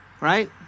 right